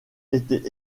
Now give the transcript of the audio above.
était